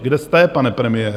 Kde jste, pane premiére?